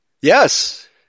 Yes